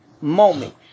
Moment